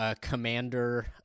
commander